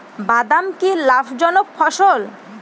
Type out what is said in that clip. বাদাম কি লাভ জনক ফসল?